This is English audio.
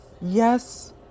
yes